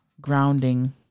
grounding